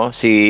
si